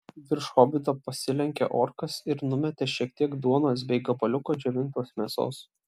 virš hobito pasilenkė orkas ir numetė šiek tiek duonos bei gabaliuką džiovintos mėsos